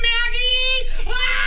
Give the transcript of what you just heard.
Maggie